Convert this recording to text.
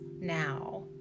now